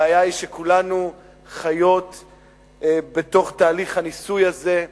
הבעיה היא שכולנו חיות בתוך תהליך הניסוי הזה,